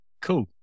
Cool